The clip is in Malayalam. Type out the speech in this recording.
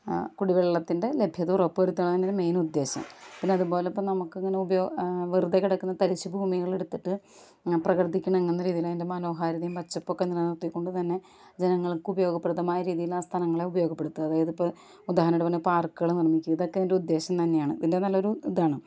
കുടി വെള്ളത്തിൻ്റെ ലഭ്യത ഉറപ്പു വരുത്തുന്നാണ് അതിൻ്റെ മെയിൻ ഉദ്ദേശം പിന്നെ അത് പോലെ ഇപ്പം നമുക്ക് ഇങ്ങനെ ഉപയോഗം വെറുതെ കിടക്കുന്ന തരിശ് ഭൂമികളെടുത്തിട്ട് പ്രകൃതിക്ക് ഇണങ്ങുന്ന രീതിയിൽ അതിൻ്റെ മനോഹാരിതയും പച്ചപ്പൊക്കെ നിലനിർത്തിക്കൊണ്ട് തന്നെ ജനങ്ങൾക്കും ഉപയോഗപ്രദമായ രീതിയിൽ ആ സ്ഥലങ്ങളെ ഉപയോഗപ്പെടുത്തുക അതായത് ഇപ്പോൾ ഉദാഹരണമായിട്ട് പറഞ്ഞ പാർക്കുകൾ നിർമ്മിക്കുക ഇതൊക്കെ ഇതിൻ്റെ ഉദ്ദേശം തന്നെയാണ് ഇതിൻ്റെ നല്ലൊരു ഇതാണ്